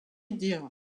dire